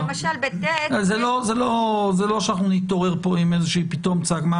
זה לא שאנחנו נתעורר כאן פתאום עם איזושהי צעקה,